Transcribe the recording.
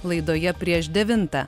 laidoje prieš devintą